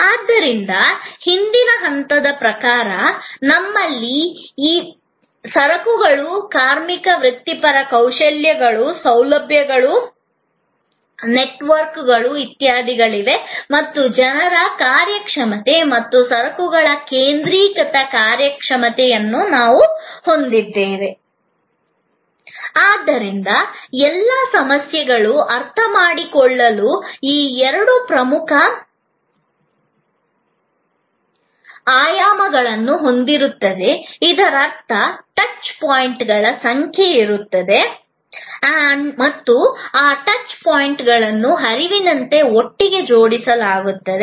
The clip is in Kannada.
ಆದ್ದರಿಂದ ಹಿಂದಿನ ಹಂತದ ಪ್ರಕಾರ ನಮ್ಮಲ್ಲಿ ಸರಕುಗಳು ಕಾರ್ಮಿಕ ವೃತ್ತಿಪರ ಕೌಶಲ್ಯಗಳು ಸೌಲಭ್ಯಗಳು ನೆಟ್ವರ್ಕ್ಗಳು ಇತ್ಯಾದಿಗಳಿವೆ ಮತ್ತು ಜನರ ಕಾರ್ಯಕ್ಷಮತೆ ಮತ್ತು ಸರಕುಗಳ ಕೇಂದ್ರೀಕೃತ ಆದ್ದರಿಂದ ಎಲ್ಲಾ ಸೇವೆಗಳು ಅರ್ಥಮಾಡಿಕೊಳ್ಳಲು ಈ ಎರಡು ಪ್ರಮುಖ ಆಯಾಮಗಳನ್ನು ಹೊಂದಿರುತ್ತದೆ ಇದರರ್ಥ ಟಚ್ ಪಾಯಿಂಟ್ಗಳ ಸಂಖ್ಯೆ ಇರುತ್ತದೆ ಮತ್ತು ಆ ಟಚ್ ಪಾಯಿಂಟ್ಗಳನ್ನು ಹರಿವಿನಂತೆ ಒಟ್ಟಿಗೆ ಜೋಡಿಸಲಾಗುತ್ತದೆ